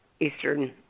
Eastern